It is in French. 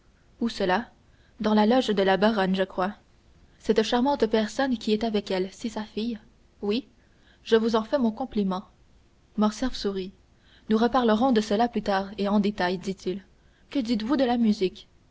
où cela dans la loge de la baronne je crois cette charmante personne qui est avec elle c'est sa fille oui je vous en fais mon compliment morcerf sourit nous reparlerons de cela plus tard et en détail dit-il que dites-vous de la musique